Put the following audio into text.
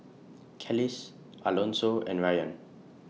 Kelis Alonso and Rayan